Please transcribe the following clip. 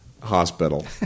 hospital